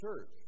Church